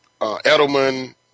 Edelman